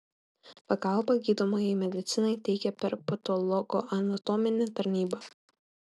pagalbą gydomajai medicinai teikia per patologoanatominę tarnybą